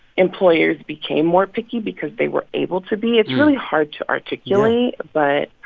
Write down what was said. employers became more picky because they were able to be. it's really hard to articulate, but.